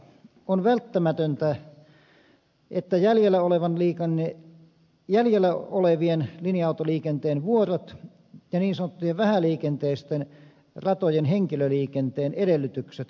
on välttämätöntä että jäljellä olevien linja autoliikenteen vuorojen ja niin sanottujen vähäliikenteisten ratojen henkilöliikenteen edellytykset turvataan